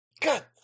God